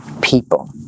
people